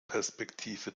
perspektive